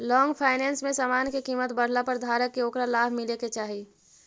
long finance में समान के कीमत बढ़ला पर धारक के ओकरा लाभ मिले के चाही